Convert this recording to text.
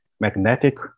Magnetic